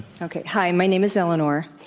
okay. hi. my name is eleanor.